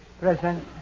Present